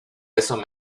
eso